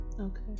Okay